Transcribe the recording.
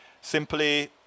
simply